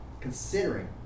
considering